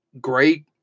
great